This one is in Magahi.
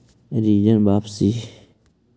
ऋण वापसी?